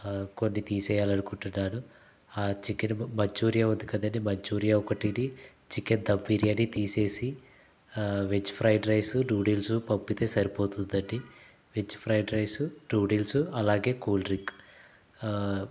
కొన్ని తీసేయాలనుకుంటున్నాను ఆ చికెన్ మంచురియా ఉంది కదండీ మంచురియా ఒకటిని చికెన్ ధమ్ బిర్యాని తీసేసి వెజ్ ఫ్రైడ్రైస్ నూడిల్సు పంపితే సరిపోతుందండి వెజ్ ఫ్రైడ్రైస్ నూడిల్సు అలాగే కూల్డ్రింక్